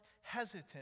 hesitant